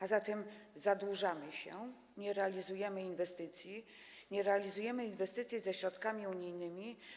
A zatem zadłużamy się, nie realizujemy inwestycji, nie realizujemy inwestycji ze środkami unijnymi.